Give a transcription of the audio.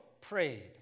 prayed